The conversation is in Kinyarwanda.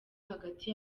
hagati